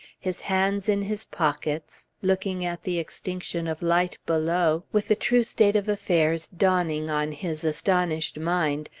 his hands in his pockets, looking at the extinction of light below, with the true state of affairs dawning on his astonished mind,